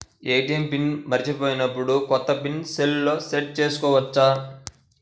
ATM pin మరచిపోయినప్పుడు, కొత్త pin సెల్లో సెట్ చేసుకోవచ్చా?